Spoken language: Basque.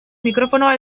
mikrofonoa